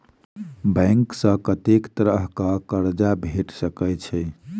Bank सऽ कत्तेक तरह कऽ कर्जा भेट सकय छई?